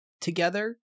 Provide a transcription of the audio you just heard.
together